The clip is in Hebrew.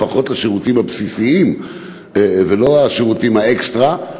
לפחות לשירותים הבסיסיים ולא לשירותים אקסטרה,